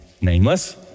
nameless